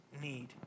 need